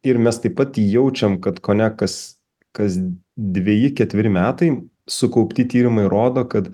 ir mes taip pat jaučiam kad kone kas kas dveji ketveri metai sukaupti tyrimai rodo kad